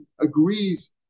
agrees